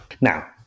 Now